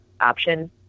option